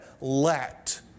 let